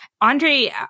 Andre